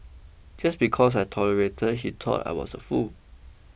just because I tolerated he thought I was a fool